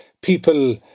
people